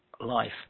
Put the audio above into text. life